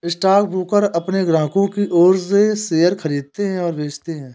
stockbroker अपने ग्राहकों की ओर से शेयर खरीदते हैं और बेचते हैं